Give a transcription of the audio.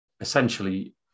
Essentially